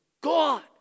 God